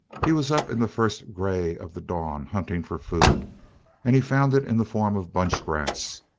he was up in the first grey of the dawn hunting for food and he found it in the form of bunchgrass.